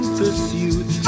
pursuit